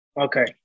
Okay